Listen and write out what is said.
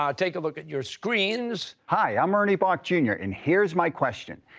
um take a look at your screens. hi, i'm ernie boch, jr, and here's my question.